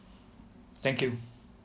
thank you